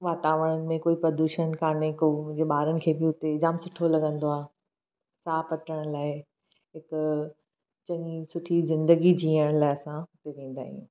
वातावरणु में को प्रदूषणु कान्हे को मुंहिंजे ॿारनि खे बि उते जाम सुठो लगन्दो आहे साहु पटिण लाइ हिकु चङी सुठी ज़िंदगी जिअण लाइ असां उते वेन्दा आहियूं